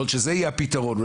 יכול להיות שזה יהיה הפתרון.